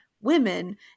women